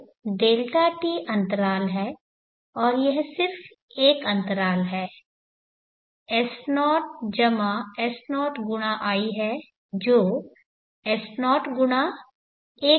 तो Δt अंतराल है और यह सिर्फ एक अंतराल है S0S0×i है जो S0×1i है